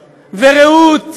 ורעות,